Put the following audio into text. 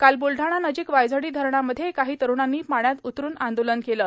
काल बुलढाणा नजिक वायझडी धरणामध्ये काही तरूणांनी पाण्यात उतरून आंदोलन केलं